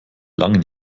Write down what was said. langen